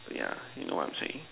yeah you know what I'm saying